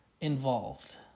involved